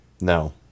No